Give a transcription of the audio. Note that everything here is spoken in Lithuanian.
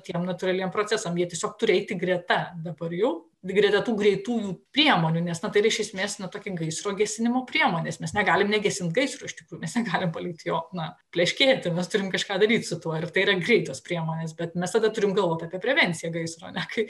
tiem natūraliem procesam jie tiesiog turi eiti greta dabar jau greta tų greitųjų priemonių nes na tai yra iš esmės na tokios gaisrų gesinimo priemonės mes negalim negesint gaisro iš tikrųjų mes negalim palikti jo na pleškėti mes turim kažką daryti su tuo ir tai yra greitos priemonės bet mes tada turim galvoti apie prevenciją gaisro ar ne kai